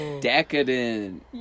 decadent